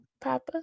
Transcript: Papa